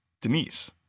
denise